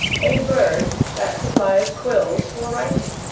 a bird that supplies quills for writing.